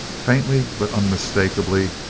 faintly but unmistakably,